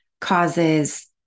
causes